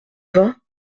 vingts